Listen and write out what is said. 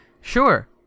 sure